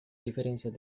diferencias